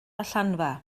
allanfa